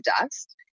dust